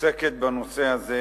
עוסקת בנושא הזה,